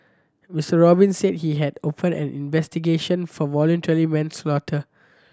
Mister Robin said he had opened an investigation for voluntary manslaughter